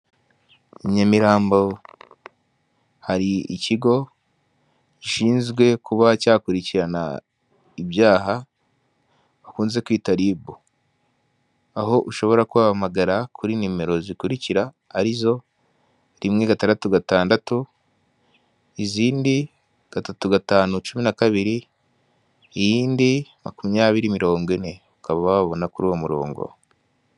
Nyamirambo hari ikigo gishinzwe kuba cyakurikirana ibyaha bakunze kwita RIB, aho ushobora kuba wahamagara kuri nimero zikurikira arizo: rimwe gatandatu gatandatu, izindi gatatu gatanu cumi na kabiri, iyindi makumyabiri mirongo ine ukaba wabona kuri uwo murongo.